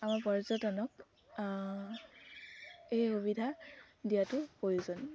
আমাৰ পৰ্যটনক এই সুবিধা দিয়াটো প্ৰয়োজন